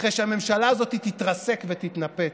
אחרי שהממשלה הזאת תתרסק ותתנפץ,